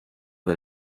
del